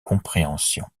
compréhension